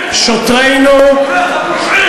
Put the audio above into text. שוטריך פושעים.